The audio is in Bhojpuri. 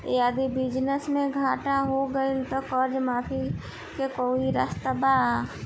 यदि बिजनेस मे घाटा हो गएल त कर्जा माफी के कोई रास्ता बा?